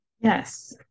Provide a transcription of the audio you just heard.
Yes